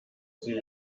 sie